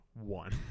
one